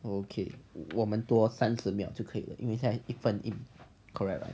okay 我们多三十秒就可以了的因为在一分